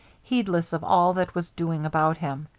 heedless of all that was doing about him,